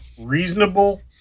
reasonable